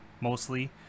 mostly